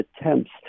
attempts